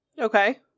Okay